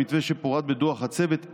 במתווה שפורט בדוח הצוות,